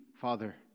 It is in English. Father